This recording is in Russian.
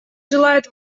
желает